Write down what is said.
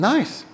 Nice